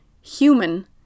human